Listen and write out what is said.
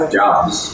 jobs